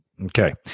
Okay